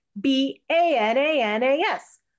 B-A-N-A-N-A-S